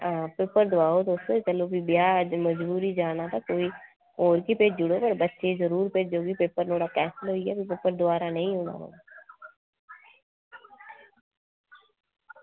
आं पेपर दोआओ तुस ते ब्याह् जाना मजबूरी ते हून गै भेजी ओड़ो ते बच्चे गी पेपर नुहाड़ा रेहिया तां दोआरा नेईं होना